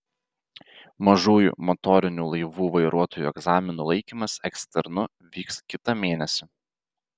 mažųjų motorinių laivų vairuotojų egzaminų laikymas eksternu vyks kitą mėnesį